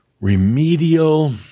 remedial